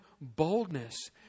boldness